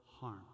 harm